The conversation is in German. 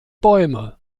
bäume